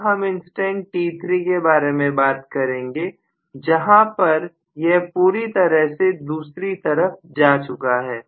अब हम instant t3 के बारे में बात करेंगे जहां पर यह पूरी तरह से दूसरी तरफ जा चुका है